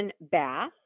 bath